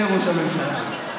חריפה על ענייני ראש הממשלה,